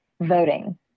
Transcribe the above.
voting